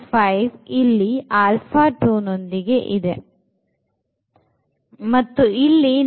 5 ಇಲ್ಲಿ alpha 2 ನೊಂದಿಗೆ ಮತ್ತು ಇಲ್ಲಿ 9